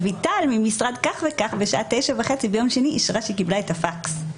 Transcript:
וזאת ממשרד זה וזה בשעה 9:30 ביום שני אישרה שהיא קיבלה את הפקס.